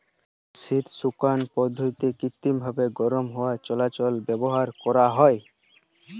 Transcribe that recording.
শস্য শুকানার পদ্ধতিরে কৃত্রিমভাবি গরম হাওয়া চলাচলের ব্যাবস্থা করা হয়